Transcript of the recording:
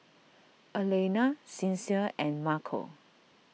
Alayna Sincere and Marco